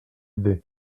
idée